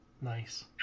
Nice